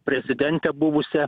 prezidentę buvusią